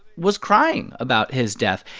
was crying about his death.